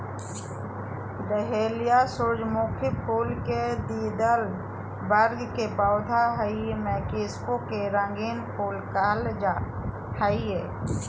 dahlia सूर्यमुखी फुल के द्विदल वर्ग के पौधा हई मैक्सिको के रंगीन फूल कहल जा हई